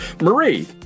marie